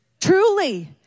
Truly